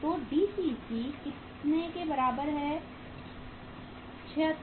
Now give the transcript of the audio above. तो DCC कितने के बराबर है 76 20